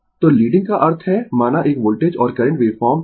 तो लीडिंग का अर्थ है माना एक वोल्टेज और करंट वेव फॉर्म है